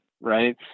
right